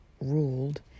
ruled